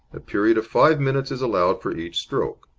a period of five minutes is allowed for each stroke.